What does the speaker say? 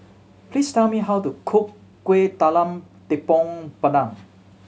please tell me how to cook Kuih Talam Tepong Pandan